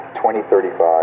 2035